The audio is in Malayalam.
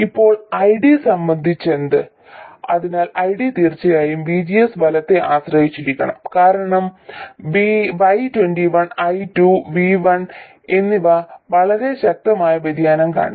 ഇപ്പോൾ ID സംബന്ധിച്ചെന്ത് അതിനാൽ ID തീർച്ചയായും VGS വലത്തെ ആശ്രയിച്ചിരിക്കണം കാരണം y21 I2 V1 എന്നിവ വളരെ ശക്തമായ വ്യതിയാനം കാണിക്കും